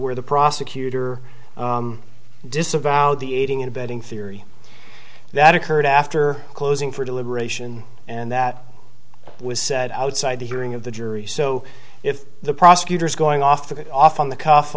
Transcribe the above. where the prosecutor disavowed the aiding and abetting theory that occurred after closing for deliberation and that was said outside the hearing of the jury so if the prosecutor's going off it off on the c